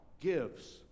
gives